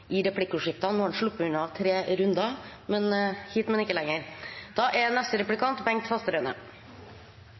i replikkordskiftet. Nå har han sluppet unna i tre runder – så hit, men ikke lenger. SV er